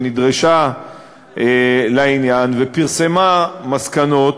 שנדרשה לעניין ופרסמה מסקנות,